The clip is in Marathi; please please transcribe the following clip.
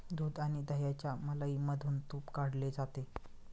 दूध आणि दह्याच्या मलईमधून तुप काढले जाते